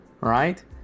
right